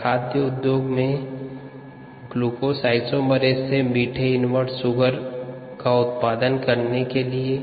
खाद्य उद्योग में ग्लूकोज आइसोमेरेस से मीठे इन्वर्ट शुगर का उत्पादन करने के लिए